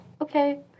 Okay